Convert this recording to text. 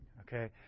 okay